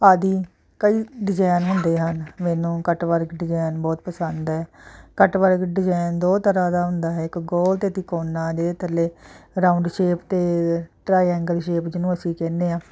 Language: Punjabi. ਆਦਿ ਕਈ ਡਿਜਾਇਨ ਹੁੰਦੇ ਹਨ ਮੈਨੂੰ ਕੱਟ ਵਰਕ ਡਿਜਾਇਨ ਬਹੁਤ ਪਸੰਦ ਹੈ ਕੱਟ ਵਰਕ ਡਿਜਾਇਨ ਦੋ ਤਰ੍ਹਾਂ ਦਾ ਹੁੰਦਾ ਹੈ ਇੱਕ ਗੋਲ ਅਤੇ ਤਿਕੋਣਾ ਜਿਹਦੇ ਥੱਲੇ ਰਾਊਂਡ ਸ਼ੇਪ ਅਤੇ ਟਰਾਈਐਂਗਲ ਸ਼ੇਪ ਜਿਹਨੂੰ ਅਸੀਂ ਕਹਿੰਦੇ ਹਾਂ